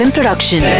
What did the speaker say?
Production